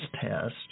test